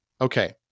Okay